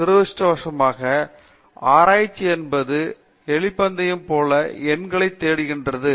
துரதிருஷ்டவசமாக ஆராய்ச்சி என்பது எலி பந்தயம் போல எண்களை தேடுகிறது